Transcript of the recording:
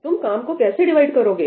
तुम काम को कैसे डिवाइड करोगे